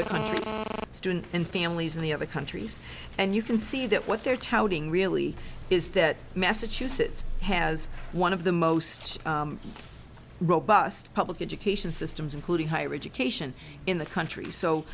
other students and families in the other countries and you can see that what they're touting really is that massachusetts has one of the most robust public education systems including higher education in the country so